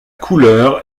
couleur